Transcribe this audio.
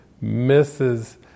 misses